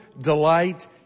delight